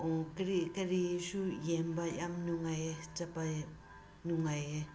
ꯀꯔꯤ ꯀꯔꯤꯁꯨ ꯌꯦꯡꯕ ꯌꯥꯝ ꯅꯨꯡꯉꯥꯏꯌꯦ ꯆꯠꯄ ꯅꯨꯡꯉꯥꯏꯌꯦ